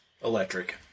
electric